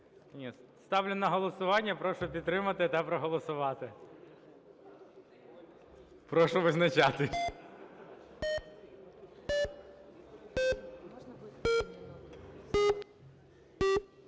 Ставлю на голосування прошу підтримати та проголосувати. Прошу визначатися.